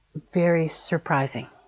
very surprising